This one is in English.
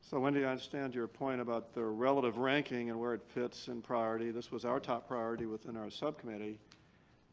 so, wendy so i understand your point about the relative ranking and where it fits in priority. this was our top priority within our subcommittee